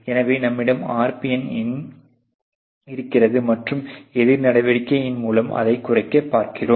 எனவே நம்மிடம் RPN எண் இருக்கிறது மற்றும் எதிர் நடவடிக்கையின் மூலம் அதை குறைக்க பார்க்கிறோம்